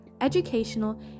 educational